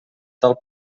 tal